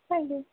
thank you